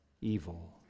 evil